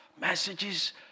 Messages